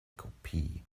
kopie